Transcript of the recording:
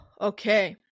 Okay